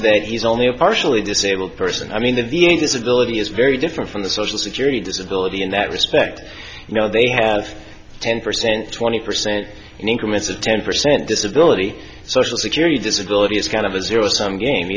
that he's only a partially disabled person i mean the v a disability is very different from the social security disability in that respect now they have ten percent twenty percent in increments of ten percent disability social security disability it's kind of a zero sum game